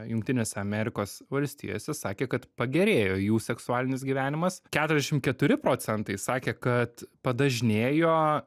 jungtinėse amerikos valstijose sakė kad pagerėjo jų seksualinis gyvenimas keturiašim keturi procentai sakė kad padažnėjo